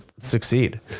succeed